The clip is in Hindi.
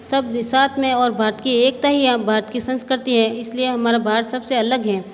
सब साथ में और भारतीय एकता ही भारत की संस्कृति है इसलिए हमारा भारत सबसे अलग हैं